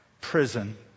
prison